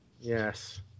Yes